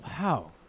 Wow